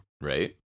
Right